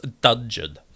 Dungeon